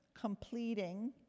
completing